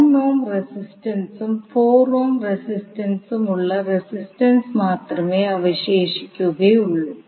1 ohm റെസിസ്റ്റൻസും 4 ohm റെസിസ്റ്റൻസും ഉള്ള റെസിസ്റ്റൻസ് മാത്രമേ അവശേഷിക്കുകയുള്ളൂ